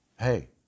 Hey